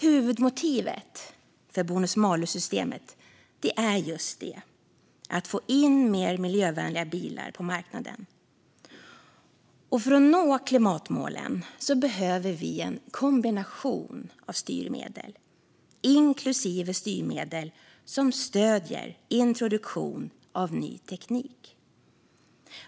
Huvudmotivet för bonus-malus-systemet är just det: att få in mer miljövänliga bilar på marknaden. För att nå klimatmålen behöver vi en kombination av styrmedel, inklusive styrmedel som stöder introduktion av ny teknik.